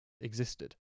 existed